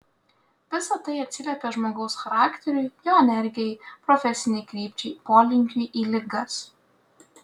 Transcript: visa tai atsiliepia žmogaus charakteriui jo energijai profesinei krypčiai polinkiui į ligas